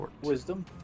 wisdom